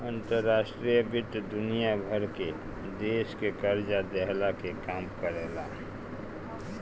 अंतर्राष्ट्रीय वित्त दुनिया भर के देस के कर्जा देहला के काम करेला